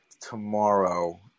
tomorrow